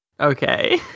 Okay